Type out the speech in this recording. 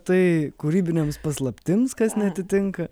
tai kūrybinėms paslaptims kas neatitinka